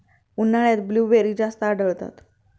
उन्हाळ्यात ब्लूबेरी जास्त आढळतात